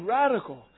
radical